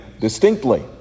distinctly